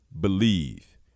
believe